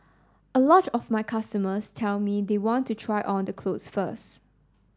a lot of my customers tell me they want to try on the clothes first